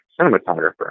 cinematographer